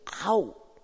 out